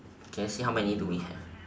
can you see how many do we have